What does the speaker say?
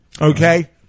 Okay